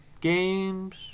games